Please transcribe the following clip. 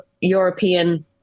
European